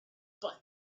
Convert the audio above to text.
but